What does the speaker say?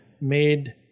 made